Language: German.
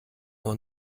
noch